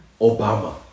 Obama